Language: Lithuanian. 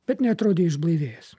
bet neatrodė išblaivėjęs